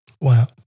Wow